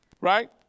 right